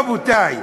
רבותי,